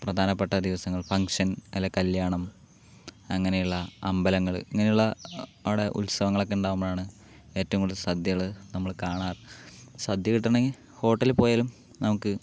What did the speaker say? പ്രധാനപ്പെട്ട ദിവസങ്ങൾ ഫംഗ്ഷൻ അല്ലെങ്കിൽ കല്യാണം അങ്ങനെയുള്ള അമ്പലങ്ങൾ ഇങ്ങനെയുള്ള അവിടെ ഉത്സവങ്ങൾ ഒക്കെ ഉണ്ടാകുമ്പോഴാണ് ഏറ്റവും കൂടുതൽ സദ്യകൾ നമ്മൾ കാണാറ് സദ്യ കിട്ടണമെങ്കിൽ ഹോട്ടലിൽ പോയാലും നമുക്ക്